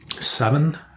Seven